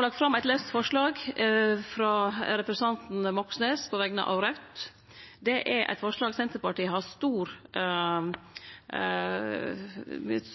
lagt fram eit laust forslag, forslag nr. 2, frå representanten Moxnes på vegner av Raudt. Det er eit forslag Senterpartiet har stor